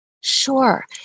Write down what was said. Sure